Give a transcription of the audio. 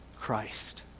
Christ